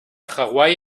hawái